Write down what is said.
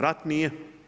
Rat nije.